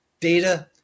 data